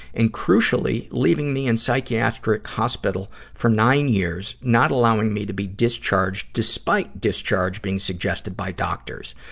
and crucially leaving me in psychiatrist hospital for nine years, not allowing me to be discharged, despite discharge being suggested by doctors.